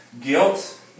Guilt